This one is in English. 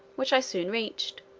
which i soon reached.